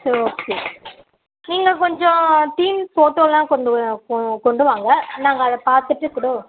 சரி ஓகே நீங்கள் கொஞ்சம் தீம் ஃபோட்டோ எல்லாம் கொண்டுவா கொ கொண்டு வாங்க நாங்கள் அதை பார்த்துட்டு கூட